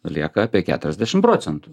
lieka apie keturiasdešimt procentų